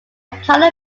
color